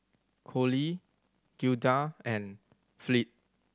Cole Gilda and Fleet